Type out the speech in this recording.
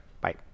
bye